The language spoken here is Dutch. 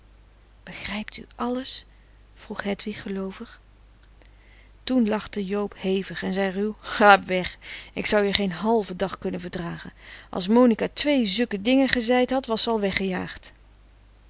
begrijpt u alles vroeg hedwig geloovig toen lachte joob hevig en zei ruw ga weg ik zou je geen halve dag kunne verdrage as monica twee zukke dinge gezeid had was ze al weggejaagd